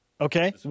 Okay